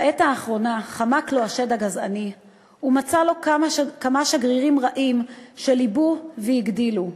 בעת האחרונה חמק לו השד הגזעני ומצא לו כמה שגרירים רעים שליבו והגדילו.